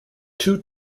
two